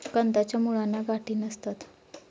कंदाच्या मुळांना गाठी नसतात